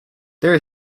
there